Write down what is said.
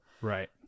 right